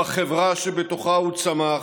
הוא החברה שבתוכה הוא צמח.